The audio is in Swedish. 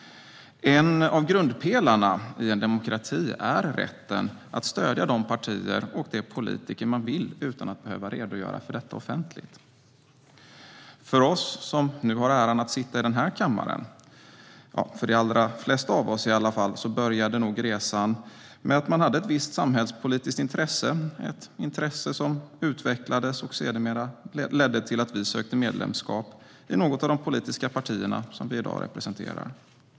En av grundpelarna i en demokrati är rätten att stödja de partier och de politiker som man vill utan att behöva redogöra för detta offentligt. För oss som nu har äran att sitta i den här kammaren - i alla fall för de allra flesta av oss - började nog resan med att man hade ett visst samhällspolitiskt intresse, ett intresse som utvecklades och sedermera ledde till att vi sökte medlemskap i något av de politiska partier som vi i dag representerar.